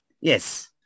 Yes